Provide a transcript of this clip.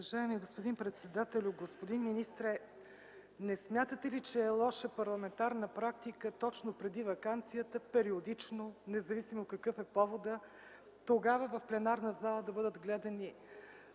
Уважаеми господин председател! Господин министър, не смятате ли, че е лоша парламентарна практика точно преди ваканцията периодично, независимо какъв е поводът, в пленарната зала да бъдат гледани